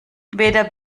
weder